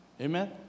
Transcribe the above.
Amen